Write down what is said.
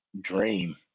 dream